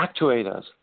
actuators